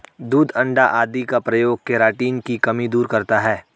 दूध अण्डा आदि का प्रयोग केराटिन की कमी दूर करता है